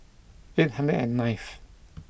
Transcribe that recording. eight hundred and nineth